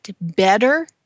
better